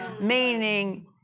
Meaning